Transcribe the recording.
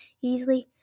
easily